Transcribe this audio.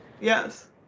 yes